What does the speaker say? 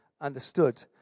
understood